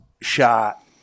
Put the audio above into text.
shot